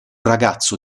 ragazzo